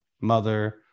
mother